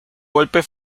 golpe